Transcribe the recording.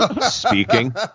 speaking